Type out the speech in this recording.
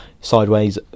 sideways